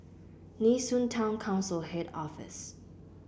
Nee Soon Town Council Head Office